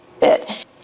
bit